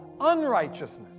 unrighteousness